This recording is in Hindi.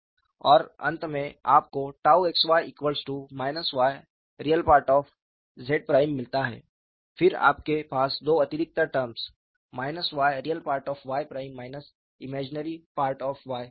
और अंत में आपको xy yReZ मिलता है फिर आपके पास दो अतिरिक्त टर्म्स y ReY' ImY होता है